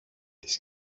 της